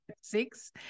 six